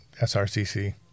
SRCC